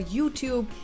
YouTube